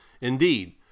Indeed